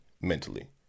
mentally